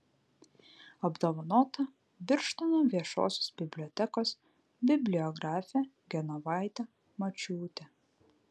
apdovanota birštono viešosios bibliotekos bibliografė genovaitė mačiūtė